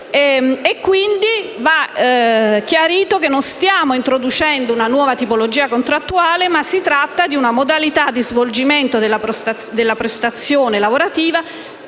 E va chiarito che stiamo introducendo non una nuova tipologia contrattuale, ma una modalità di svolgimento della prestazione lavorativa